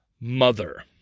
mother